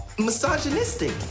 misogynistic